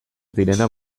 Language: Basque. direnak